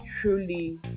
truly